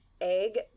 egg